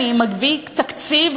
אני מביא תקציב,